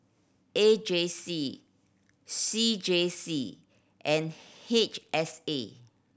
A J C C J C and H S A